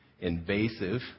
invasive